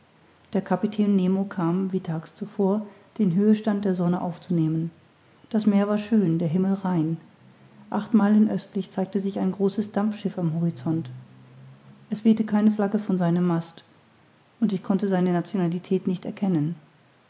der kapitän nemo kam wie tags zuvor den höhestand der sonne aufzunehmen das meer war schön der himmel rein acht meilen östlich zeigte sich ein großes dampfschiff am horizont es wehte keine flagge von seinem mast und ich konnte seine nationalität nicht erkennen